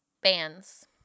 bands